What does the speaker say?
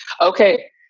okay